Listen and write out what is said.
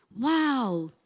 Wow